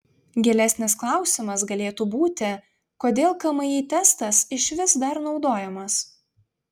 gilesnis klausimas galėtų būti kodėl kmi testas išvis dar naudojamas